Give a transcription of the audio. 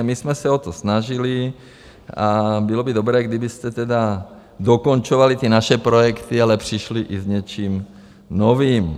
My jsme se o to snažili a bylo by dobré, kdybyste tedy dokončovali ty naše projekty, ale přišli i s něčím novým.